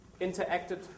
interacted